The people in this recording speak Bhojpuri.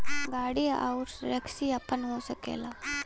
गाड़ी आउर टैक्सी आपन हो सकला